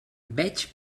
veig